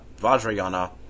Vajrayana